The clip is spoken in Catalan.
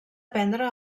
prendre